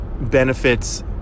benefits